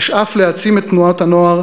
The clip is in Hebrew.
אשאף להעצים את תנועות הנוער,